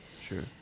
Sure